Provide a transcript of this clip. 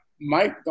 Mike